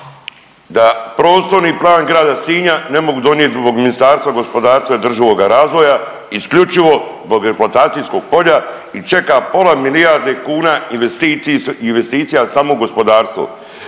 da prostorni plan grada Sinja ne mogu donijet zbog Ministarstva gospodarstva i održivoga razvoja isključivo zbog eksploatacijskog polja i čeka pola milijarde kuna investicija samo gospodarstvo.